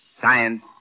Science